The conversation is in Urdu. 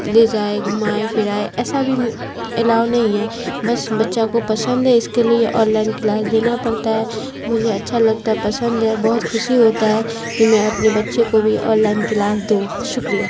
لے جائے گھمائے فرائے ایسا بھی الاؤ نہیں ہے بس بچہ کو پسند ہے اس کے لیے آن لائن کلاس دینا پڑتا ہے مجھے اچھا لگتا ہے پسند ہے بہت خوشی ہوتا ہے کہ میں اپنے بچے کو بھی آن لائن کلاس دوں شکریہ